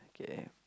okay